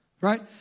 Right